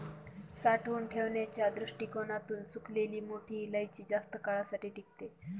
साठवून ठेवण्याच्या दृष्टीकोणातून सुकलेली मोठी इलायची जास्त काळासाठी टिकते